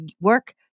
work